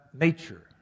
nature